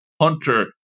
Hunter